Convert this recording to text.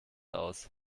aus